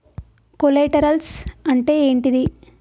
Collaterals అంటే ఏంటిది?